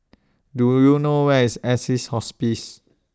Do YOU know Where IS Assisi's Hospice